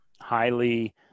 highly